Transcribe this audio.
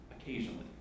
occasionally